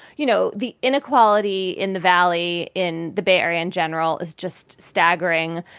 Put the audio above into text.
you know, the inequality in the valley, in the bay area in general is just staggering.